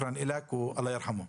תודה לך ואללה ירחמו.